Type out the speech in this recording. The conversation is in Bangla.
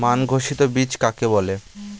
মান ঘোষিত বীজ কাকে বলে?